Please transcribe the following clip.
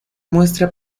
muestra